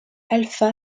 alpha